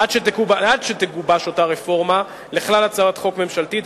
עד שתגובש אותה רפורמה לכלל הצעת חוק ממשלתית,